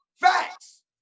Facts